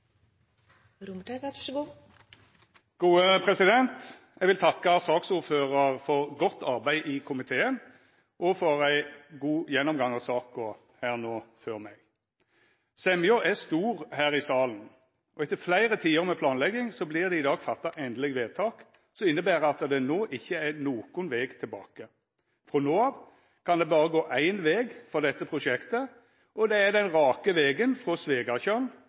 stor her i salen, og etter fleire tiår med planlegging vert det i dag gjort endeleg vedtak, som inneber at det no ikkje er nokon veg tilbake. Frå no av kan det berre gå éin veg for dette prosjektet, og det er den rake vegen frå